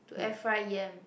to air fry yam